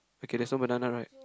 okay there's no banana right